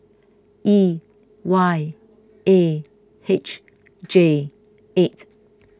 E Y A H J eight